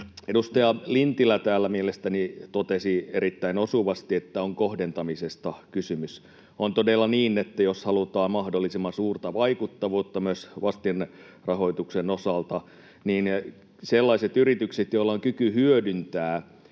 Edustaja Lintilä täällä mielestäni totesi erittäin osuvasti, että on kohdentamisesta kysymys. On todella niin, että jos halutaan mahdollisimman suurta vaikuttavuutta myös vastinrahoituksen osalta, niin aivan olennaisia ovat sellaiset yritykset, joilla on kyky hyödyntää